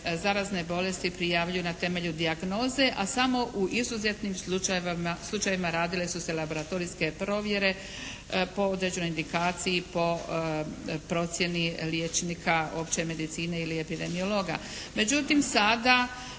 zarazne bolesti prijavljuju na temelju dijagnoze a samo u izuzetnim slučajevima radile su se laboratorijske provjere po određenoj indikaciji, po procjeni liječnika opće medicine ili epidemiologa. Međutim sada